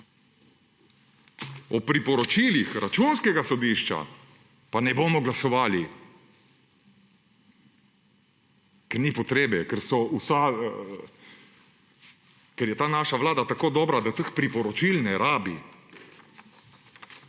O priporočilih Računskega sodišča pa ne bomo glasovali, ker ni potrebe, ker je ta naša vlada tako dobra, da teh priporočil ne rabi.